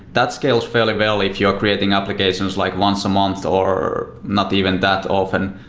that scales fairly well if you're creating applications like once a month or not even that often.